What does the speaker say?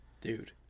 Dude